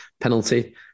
penalty